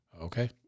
Okay